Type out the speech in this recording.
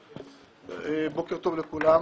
בוקר טוב לכולם.